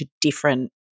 different